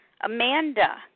Amanda